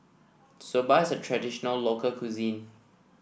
Soba is a traditional local cuisine